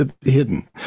hidden